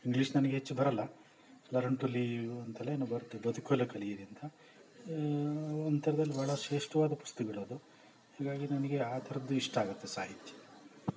English ನನಗ್ ಹೆಚ್ಚು ಬರಲ್ಲ ಲರ್ನ್ ಟು ಲೀವ್ ಅಂತಲೇನೋ ಬರತ್ತೆ ಬದುಕಲು ಕಲಿಯಿರಿ ಅಂತ ಒಂಥರದಲ್ಲಿ ಭಾಳ ಶ್ರೇಷ್ಠವಾದ ಪುಸ್ತಕಗಳದು ಹೀಗಾಗಿ ನನಗೆ ಆ ಥರದ್ದು ಇಷ್ಟ ಆಗತ್ತೆ ಸಾಹಿತ್ಯ